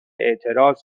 اعتراض